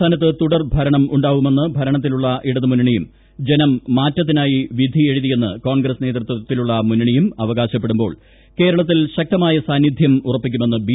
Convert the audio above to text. സംസ്ഥാനത്ത് തുടർഭരണം ഉണ്ടാവുമെന്ന് ഭരണത്തിലുള്ള ഇടതു മുന്നണിയും ജനം മാറ്റത്തിനായി വിധിയെഴുതിയെന്ന് കോൺഗ്രസ് നേതൃത്വത്തിലുള്ള മുന്നണിയും അവകാശപ്പെടുമ്പോൾ കേരള ത്തിൽ ശക്തമായ സാന്നിധ്യം ഉറപ്പിക്കുമെന്ന് ബി